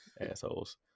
assholes